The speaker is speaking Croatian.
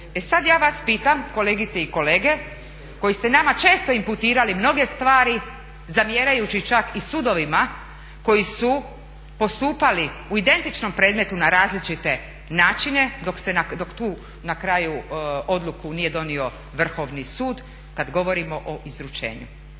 E sad ja vas pitam kolegice i kolege koji ste nama često inputirali mnoge stvari, zamjerajući čak i sudovima koji su postupali u identičnom predmetu na različite načine dok tu na kraju odluku nije donio Vrhovni sud kad govorimo o izručenju.